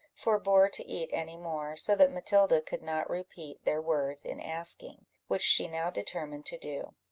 forbore to eat any more, so that matilda could not repeat their words in asking, which she now determined to do.